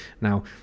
now